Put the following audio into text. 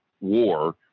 war